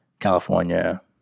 California